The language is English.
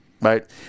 Right